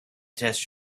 test